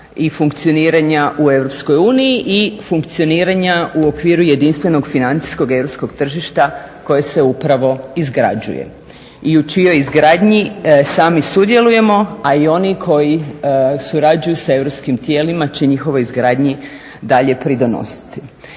i funkcioniranja u EU i funkcioniranja u okviru jedinstvenog financijskog europskog tržišta koje se upravo izgrađuje i u čijoj izgradnji sami sudjelujemo, a i oni koji surađuju sa europskim tijelima će njihovoj izgradnji dalje pridonositi.